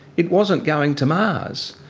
it wasn't going to mars.